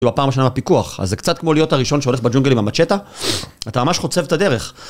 כאילו הפעם השנייה בפיקוח, אז זה קצת כמו להיות הראשון שהולך בג'ונגל עם המצ'טה, אתה ממש חוצב את הדרך